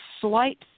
slight